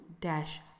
dash